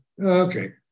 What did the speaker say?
okay